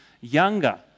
younger